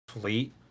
fleet